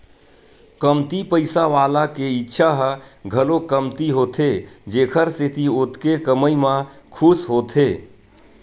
कमती पइसा वाला के इच्छा ह घलो कमती होथे जेखर सेती ओतके कमई म खुस होथे